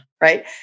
right